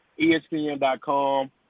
espn.com